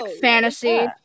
fantasy